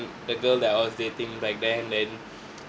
the girl that I was dating back there and then